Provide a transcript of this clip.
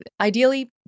ideally